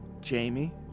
Jamie